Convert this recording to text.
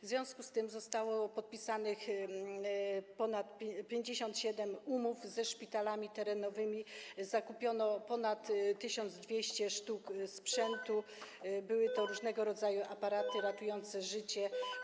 W związku z tym zostało podpisanych 57 umów ze szpitalami terenowymi, zakupiono ponad 1200 sztuk sprzętu, były to różnego rodzaju aparaty ratujące życie.